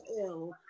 ill